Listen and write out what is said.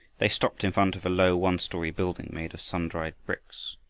they stopped in front of a low one-story building made of sun-dried bricks.